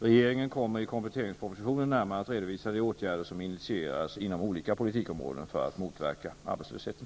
Regeringen kommer i kompletteringspropositionen närmare att redovisa de åtgärder som initieras inom olika politikområden för att motverka arbetslösheten.